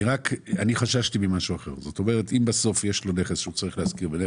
אני חששתי ממשהו אחר: בסוף, יש לו נכס לא מניב